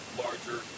larger